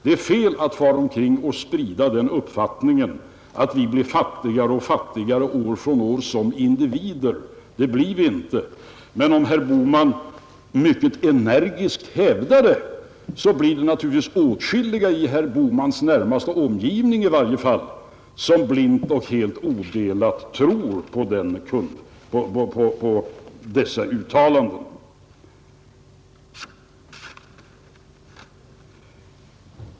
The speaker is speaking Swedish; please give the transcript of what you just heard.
Det är fel att sprida den uppfattningen att vi som individer blir fattigare år från år. Det blir vi inte, men om herr Bohman mycket energiskt hävdar det kommer naturligtvis åtskilliga, åtminstone i herr Bohmans närmaste omgivning, att blint och odelat tro på dessa uttalanden.